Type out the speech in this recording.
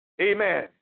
Amen